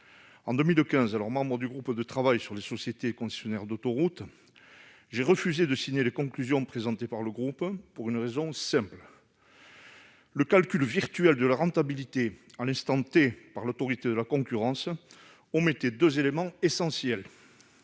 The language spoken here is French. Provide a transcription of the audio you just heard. En 2015, alors membre du groupe de travail sur les sociétés concessionnaires d'autoroutes, j'ai refusé de signer les conclusions présentées par ce groupe pour une raison simple. Le calcul virtuel de la rentabilité à l'instant par l'Autorité de la concurrence omettait deux éléments essentiels